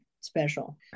special